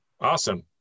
Awesome